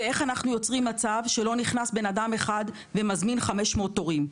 ואיך אנחנו יוצרים מצב שלא נכנס אדם אחד ומזמין 500 תורים.